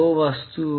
दो वस्तुओं